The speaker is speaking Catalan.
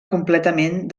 completament